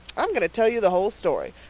i'm going to tell you the whole story,